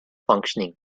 functioning